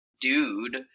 dude